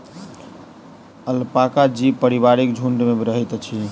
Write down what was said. alpaca जीव पारिवारिक झुण्ड में रहैत अछि